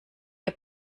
ihr